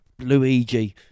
Luigi